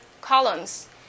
columns